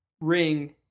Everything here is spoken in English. ring